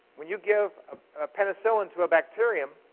when you give penicillin to a bacterium,